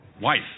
Wife